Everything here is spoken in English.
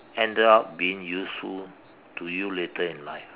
ended up being useful to you later in life